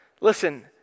Listen